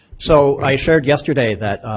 so i shared yesterday that